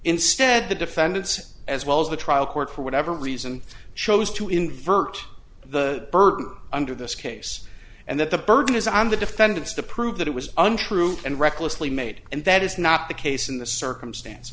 instead the defendants as well as the trial court for whatever reason chose to invert the burden under this case and that the burden is on the defendants to prove that it was untrue and recklessly made and that is not the case in the circumstance